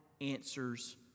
answers